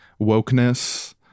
wokeness